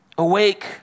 Awake